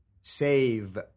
save